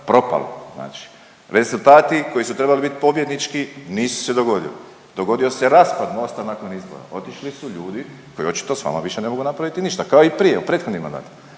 propalo, znači. Rezultati koji su trebali biti pobjednički nisu se dogodili, dogodio se raspad Mosta nakon izbora, otišli su ljudi koji očito sa vama više ne mogu napraviti ništa kao i prije u prethodnim mandatima.